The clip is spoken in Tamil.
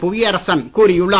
புவியரசன் கூறியுள்ளார்